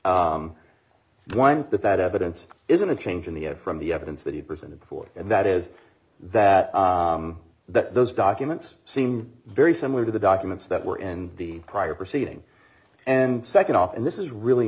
one that that evidence isn't a change in the from the evidence that he presented before and that is that that those documents seem very similar to the documents that were in the prior proceeding and nd off and this is really